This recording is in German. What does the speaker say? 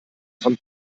von